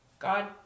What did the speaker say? God